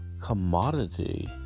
commodity